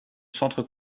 centre